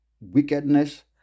wickedness